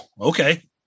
Okay